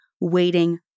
waiting